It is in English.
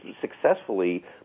successfully